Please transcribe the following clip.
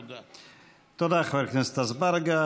תודה, חבר הכנסת אזברגה.